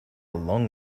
long